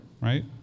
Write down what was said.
Right